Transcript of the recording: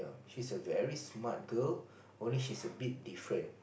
she's a very smart girl only she's a bit different